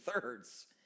thirds